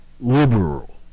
liberal